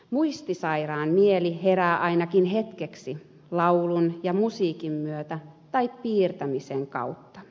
muistisairaan mieli herää ainakin hetkeksi laulun ja musiikin myötä tai piirtämisen kautta